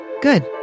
Good